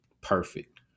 perfect